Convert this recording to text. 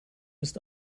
ist